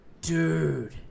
dude